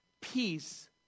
peace